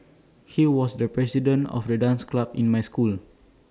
he was the president of the dance club in my school